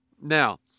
Now